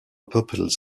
pupils